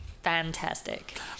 fantastic